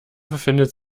befindet